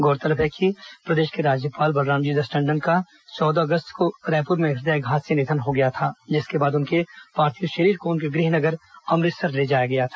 गौरतलब है कि प्रदेश के राज्यापाल बलरामजी दास टंडन का चौदह अगस्त को रायपूर में हदयघात से निधन हो गया था जिसके बाद उनके पार्थिव शरीर को उनके गृह नगर अमृतसर ले जाया गया था